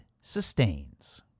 sustains